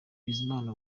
bizimana